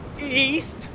East